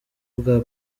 ubwa